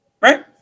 Right